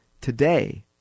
Today